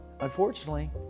unfortunately